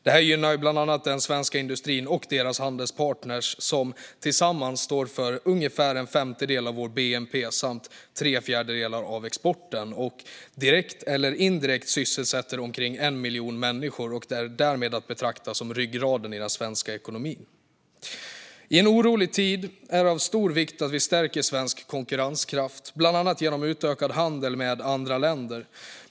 Det gynnar bland annat den svenska industrin och deras handelspartner som tillsammans står för ungefär en femtedel av vår bnp samt tre fjärdedelar av exporten. De sysselsätter direkt eller indirekt omkring 1 miljon människor och är därmed att betrakta som ryggraden i den svenska ekonomin. I en orolig tid är det av stor vikt att stärka svensk konkurrenskraft, bland annat genom utökad handel med andra länder.